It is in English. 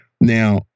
Now